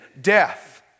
death